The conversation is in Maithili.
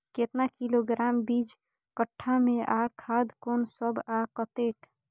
केतना किलोग्राम बीज कट्ठा मे आ खाद कोन सब आ कतेक?